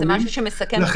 זה משהו שמסכן חיים.